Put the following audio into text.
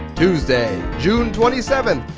tuesday, june twenty seven,